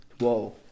whoa